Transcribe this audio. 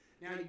now